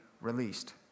released